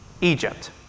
Egypt